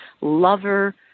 lover